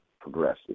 progressive